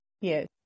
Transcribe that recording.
Yes